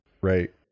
right